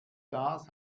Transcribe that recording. das